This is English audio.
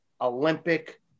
Olympic